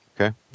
Okay